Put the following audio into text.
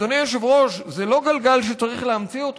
אדוני היושב-ראש, זה לא גלגל שצריך להמציא אותו.